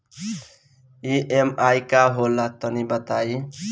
EMI का होला तनि बताई?